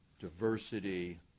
diversity